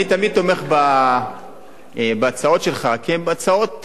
אני תמיד תומך בהצעות שלך, כי הן הצעות,